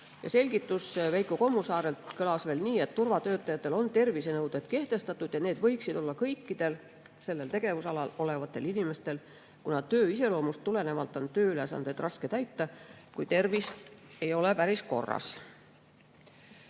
Selgitus Veiko Kommusaarelt kõlas veel nii, et turvatöötajatele on kehtestatud tervisenõuded ja need võiksid olla kõikidel sellel tegevusalal olevatel inimestel, kuna töö iseloomust tulenevalt on tööülesandeid raske täita, kui tervis ei ole päris korras.